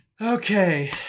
okay